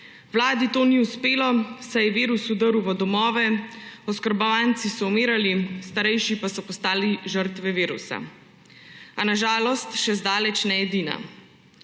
Vladi to ni uspelo, saj je virus vdrl v domove, oskrbovanci so umirali, starejši pa so postali žrtve virusa. A na žalost še zdaleč ne edina.